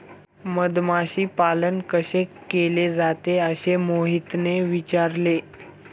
मधमाशी पालन कसे केले जाते? असे मोहितने विचारले